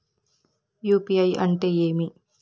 UPI అంటే ఏమి?